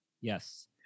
Yes